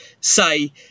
say